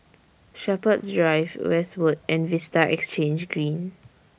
Shepherds Drive Westwood and Vista Exhange Green